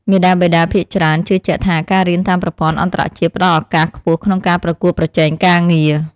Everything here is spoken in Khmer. មាតាបិតាភាគច្រើនជឿជាក់ថាការរៀនតាមប្រព័ន្ធអន្តរជាតិផ្តល់ឱកាសខ្ពស់ក្នុងការប្រកួតប្រជែងការងារ។